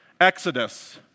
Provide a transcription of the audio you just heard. Exodus